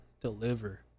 Deliver